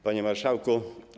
Panie Marszałku!